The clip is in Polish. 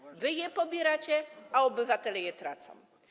Wy je pobieracie, a obywatele je tracą.